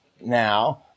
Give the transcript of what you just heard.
now